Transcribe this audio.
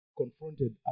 confronted